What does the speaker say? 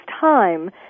time